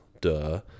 duh